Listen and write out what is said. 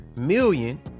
million